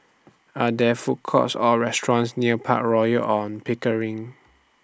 Are There Food Courts Or restaurants near Park Royal on Pickering